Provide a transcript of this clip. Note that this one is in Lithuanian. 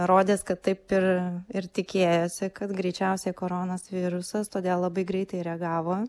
rodės kad taip ir ir tikėjosi kad greičiausiai koronos virusas todėl labai greitai reagavo